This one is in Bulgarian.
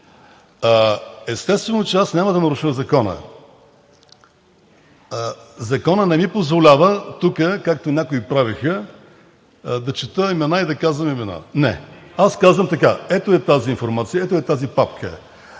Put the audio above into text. Естествено, че аз няма да наруша закона. Законът не ми позволява тук, както някои правеха, да чета имена и да казвам имена. Не, аз казвам така: ето я тази информация, ето я тази папка.